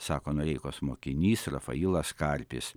sako noreikos mokinys rafailas karpis